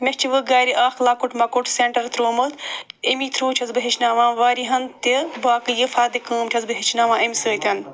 مےٚ چھ وۄنۍ گَرِ اکھ لۄکُٹ مۄکُٹ سیٚنٹر ترٛوومُت اَمی تھرٛوٗ چھَس بہٕ ہیٚچھناوان واریاہَن تہِ باقٕے یہِ فَردِ کٲم چھَس بہٕ ہیٚچھناوان اَمہِ سۭتۍ